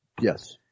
yes